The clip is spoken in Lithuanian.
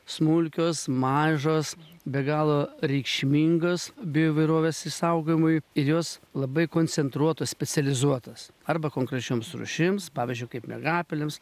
smulkios mažos be galo reikšmingas bioįvairovės išsaugojimui ir jos labai koncentruotos specializuotos arba konkrečioms rūšims pavyzdžiui kaip miegapelėms